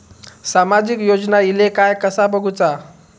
सामाजिक योजना इले काय कसा बघुचा?